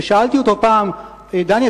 ושאלתי אותו פעם: דני,